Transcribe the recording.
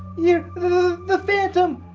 you're the the phantom!